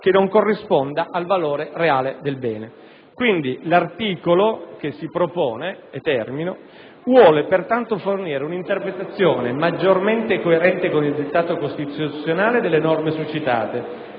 che non corrisponda al valore reale del bene. Quindi, l'articolo che si propone vuole fornire un'interpretazione maggiormente coerente con il dettato costituzionale delle norme sopra citate,